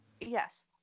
yes